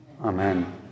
amen